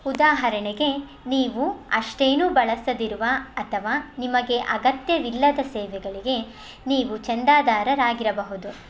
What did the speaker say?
ಉದಾಹರಣೆಗೆ ನೀವು ಅಷ್ಟೇನೂ ಬಳಸದಿರುವ ಅಥವಾ ನಿಮಗೆ ಅಗತ್ಯವಿಲ್ಲದ ಸೇವೆಗಳಿಗೆ ನೀವು ಚಂದಾದಾರರಾಗಿರಬಹುದು